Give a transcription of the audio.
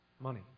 Money